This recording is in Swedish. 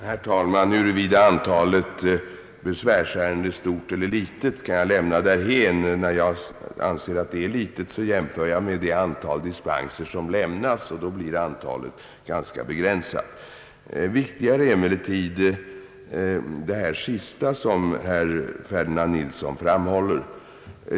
Herr talman! Huruvida antalet besvärsärenden är stort eller litet kan vi lämna därhän. När jag anser att det är litet, jämför jag det med det antal dispenser som lämnas. Då blir antalet nämligen rätt begränsat. Viktigare är emellertid det sista som herr Ferdinand Nilsson framhåller.